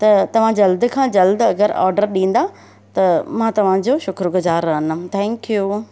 त तव्हां जल्दु खां जल्दु अगरि ऑडर ॾींदा त मां तव्हांजो शुक्रगुज़ार रहंदमि थैंक्यू